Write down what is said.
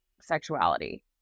sexuality